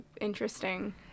interesting